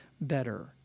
better